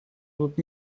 тут